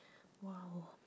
!wow!